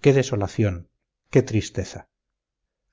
qué desolación qué tristeza